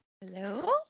Hello